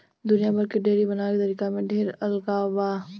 दुनिया भर के डेयरी बनावे के तरीका में ढेर अलगाव बा